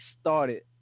started